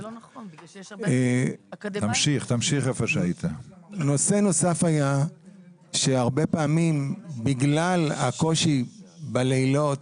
נושא נוסף היה שהרבה פעמים בגלל הקושי בלילות,